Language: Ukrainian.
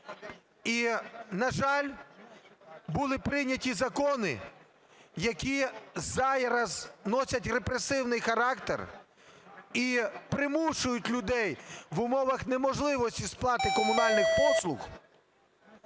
І, на жаль, були прийняті закони, які зараз носять репресивний характер і примушують людей в умовах неможливості сплати комунальних послуг